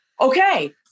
okay